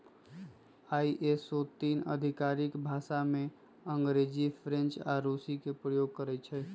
ISO तीन आधिकारिक भाषामें अंग्रेजी, फ्रेंच आऽ रूसी के प्रयोग करइ छै